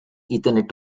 ethernet